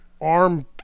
arm